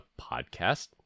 podcast